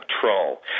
troll